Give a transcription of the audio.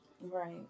Right